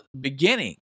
beginning